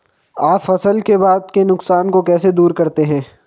आप फसल के बाद के नुकसान को कैसे दूर करते हैं?